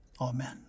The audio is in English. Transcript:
Amen